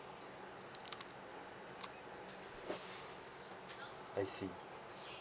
I see